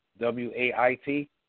W-A-I-T